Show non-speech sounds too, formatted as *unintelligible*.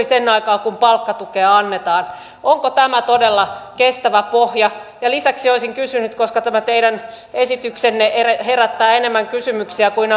*unintelligible* sen aikaa kun palkkatukea annetaan onko tämä todella kestävä pohja lisäksi olisin kysynyt koska tämä teidän esityksenne herättää enemmän kysymyksiä kuin *unintelligible*